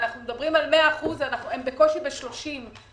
אנחנו מדברים על 100 אחוזים והם בקושי ב-30 אחוזים.